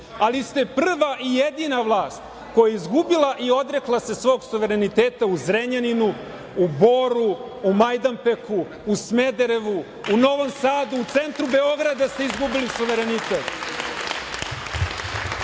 ali ste prva i jedina vlast koja je izgubila i odrekla se svog suvereniteta u Zrenjaninu, u Boru, u Majdanpeku, u Smederevu, u Novom Sadu, u centru Beograda ste izgubili suverenitet. Vi